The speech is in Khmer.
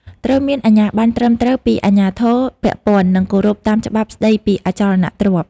ត្រូវមានអាជ្ញាបណ្ណត្រឹមត្រូវពីអាជ្ញាធរពាក់ព័ន្ធ និងគោរពតាមច្បាប់ស្តីពីអចលនទ្រព្យ។